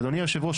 ואדוני יושב הראש,